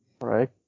Right